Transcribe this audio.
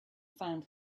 found